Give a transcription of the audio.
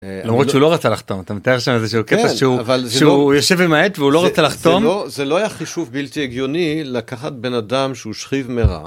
למרות שהוא לא רצה לחתום אתה מתאר שם איזה שהוא יושב עם העט והוא לא רוצה לחתום זה לא היה חישוב בלתי הגיוני לקחת בן אדם שהוא שכיב מרע.